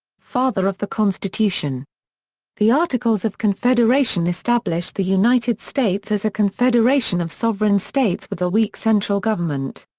father of the constitution the articles of confederation established the united states as a confederation of sovereign states with a weak central government.